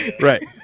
right